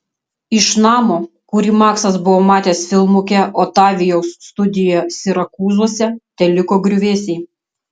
iš namo kurį maksas buvo matęs filmuke otavijaus studijoje sirakūzuose teliko griuvėsiai